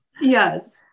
Yes